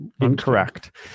Incorrect